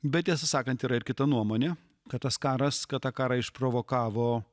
bet tiesą sakant yra ir kita nuomonė kad tas karas kad tą karą išprovokavo